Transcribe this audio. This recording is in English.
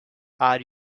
are